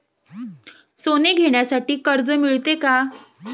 सोने घेण्यासाठी कर्ज मिळते का?